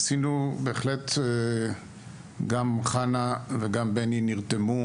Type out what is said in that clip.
ועשינו, בהחלט, גם חנה וגם בני נרתמו,